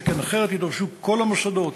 שכן אחרת יידרשו כל המוסדות